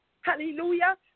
Hallelujah